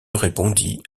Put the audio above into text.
répondit